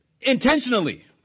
Intentionally